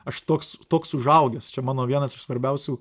aš toks toks užaugęs čia mano vienas iš svarbiausių